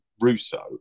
Russo